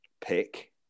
pick